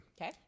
okay